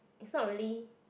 it's not really